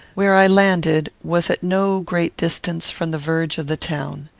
where i landed was at no great distance from the verge of the town.